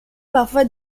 parfois